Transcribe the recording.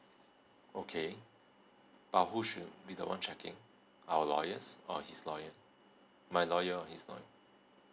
okay but who should be the one checking our lawyers or his lawyer my lawyer or his lawyer